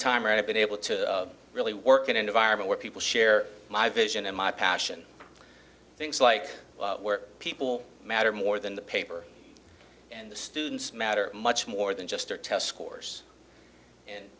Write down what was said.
right i've been able to really work in an environment where people share my vision and my passion things like where people matter more than the paper and the students matter much more than just their test scores and